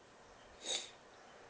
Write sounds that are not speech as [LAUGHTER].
[NOISE]